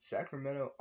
Sacramento